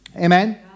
Amen